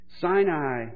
Sinai